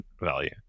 value